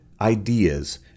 ideas